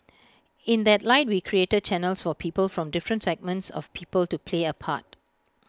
in that light we created channels for people from different segments of people to play A part